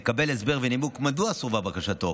לקבל הסבר ונימוק מדוע סורבה בקשתו,